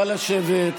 נא לשבת.